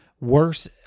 worse